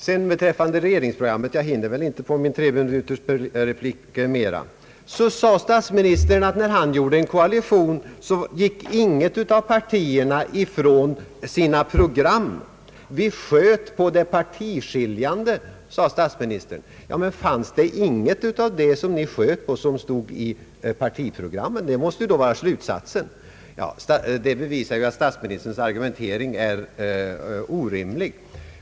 Vad regeringsprogrammet beträffar — jag hinner väl inte mera på min treminutersreplik — sade statsministern, att när han gjorde en koalition, gick inget av partierna från sitt program. Vi sköt på det partiskiljande, sade statsministern. Men fanns det inget av det ni sköt på som stod i partiprogrammen? Det måste då vara slutsatsen. Det bevisar att statsministerns argumentering är orimlig.